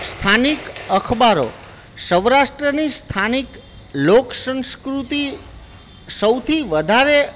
સ્થાનિક અખબારો સૌરાષ્ટ્રની સ્થાનિક લોકસંસ્કૃતિ સૌથી વધારે